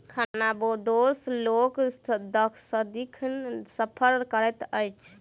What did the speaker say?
खानाबदोश लोक सदिखन सफर करैत अछि